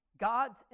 God's